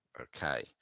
Okay